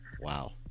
Wow